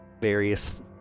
various